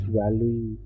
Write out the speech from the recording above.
valuing